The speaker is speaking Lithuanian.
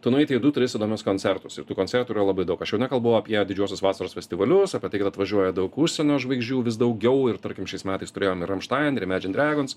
tu nueiti į du tris įdomius koncertus ir tų koncertų yra labai daug aš jau nekalbu apie didžiuosius vasaros festivalius apie tai kad atvažiuoja daug užsienio žvaigždžių vis daugiau ir tarkim šiais metais turėjom ir ramštain ir imedžin dregons